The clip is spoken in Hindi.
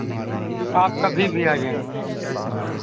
आप कभी भी आ जाएं